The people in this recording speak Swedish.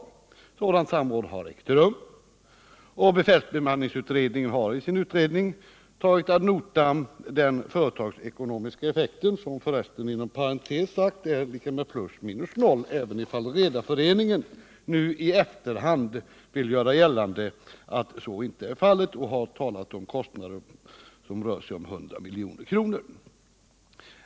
Ett sådant samråd har ägt rum, och befälsbemanningsutredningen har också i sitt betänkande tagit ad notam den företagsekonomiska effekten — som inom parentes sagt är plus minus noll, även om Redareföreningen nu i efterhand vill göra gällande att så inte är fallet och har talat om kostnader som rör sig omkring 100 miljoner.